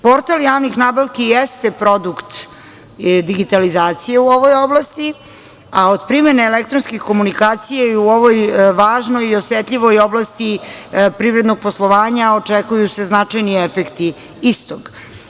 Portal javnih nabavki jeste produkt digitalizacije u ovoj oblasti, a od primene elektronskih komunikacija i u ovoj važnoj i osetljivoj oblasti privrednog poslovanja očekuju se značajni efekti istog.